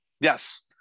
Yes